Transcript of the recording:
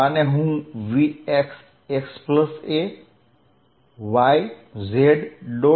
તો આને હું vx xayz